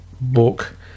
book